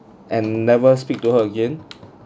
and never speak to her again